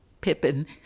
Pippin